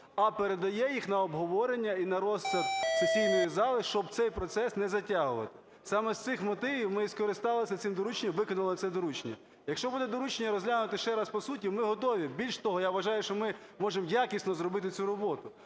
а передає їх на обговорення і на розсуд сесійної зали, щоб цей процес не затягувати. Саме з цих мотивів ми і скористалися цим дорученням, виконали це доручення. Якщо буде доручення розглянути ще раз по суті, ми готові. Більше того, я вважаю, що ми можемо якісно зробити цю роботу.